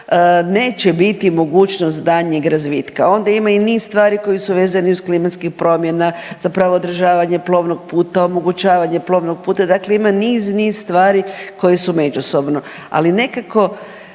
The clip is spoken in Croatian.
neće biti mogućnost daljnjeg razvitka. Onda ima i niz stvari koje su vezani uz klimatskih promjena, za pravo održavanje plovnog puta, omogućavanje plovnog puta, dakle ima niz, niz stvari koje su međusobno. Ali, nekako,